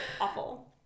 awful